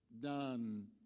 done